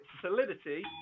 solidity